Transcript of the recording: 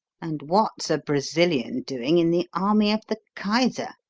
and what's a brazilian doing in the army of the kaiser?